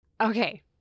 Okay